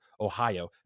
Ohio